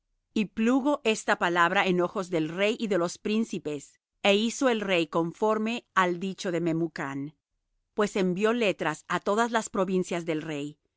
y plugo esta palabra en ojos del rey y de los príncipes é hizo el rey conforme al dicho de memucán pues envió letras á todas la provincias del rey